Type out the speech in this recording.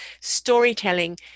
storytelling